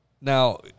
Now